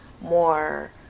more